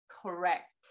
correct